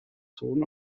sohn